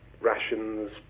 rations